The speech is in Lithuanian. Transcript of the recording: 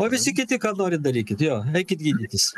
o visi kiti ką norit darykit jo eikit gydytis